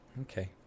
okay